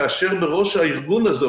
כאשר בראש הארגון הזה,